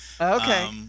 Okay